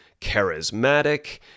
charismatic